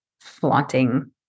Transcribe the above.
flaunting